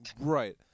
Right